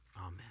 Amen